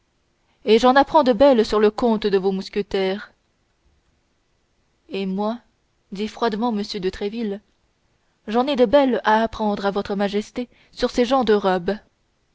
et j'en apprends de belles sur le compte de vos mousquetaires et moi dit froidement m de tréville j'en ai de belles à apprendre à votre majesté sur ses gens de robe